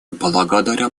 благодаря